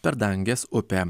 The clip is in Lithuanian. per dangės upę